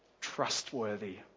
Trustworthy